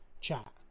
chat